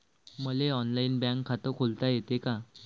मले online bank खात खोलता येते का?